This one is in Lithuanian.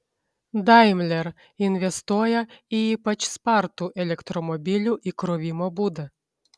daimler investuoja į ypač spartų elektromobilių įkrovimo būdą